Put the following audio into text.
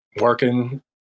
working